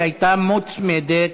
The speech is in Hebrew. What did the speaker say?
שהייתה מוצמדת.